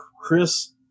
Chris